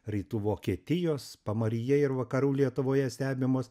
rytų vokietijos pamaryje ir vakarų lietuvoje stebimos